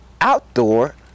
Outdoor